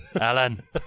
Alan